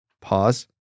Pause